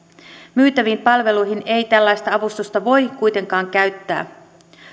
myytäviin palveluihin ei tällaista avustusta voi kuitenkaan käyttää